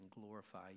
glorify